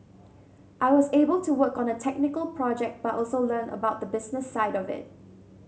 I was able to work on a technical project but also learn about the business side of it